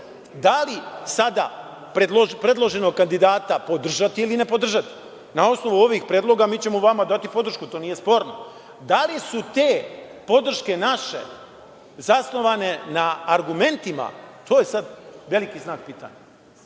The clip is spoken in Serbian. da li sada predloženog kandidata podržati ili ne podržati. Na osnovu ovih predloga mi ćemo vama dati podršku to nije sporno. Da li su te podrške naše zasnovane na argumentima, to je sada veliki znak pitanja.U